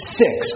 six